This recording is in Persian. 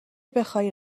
بخای